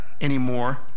anymore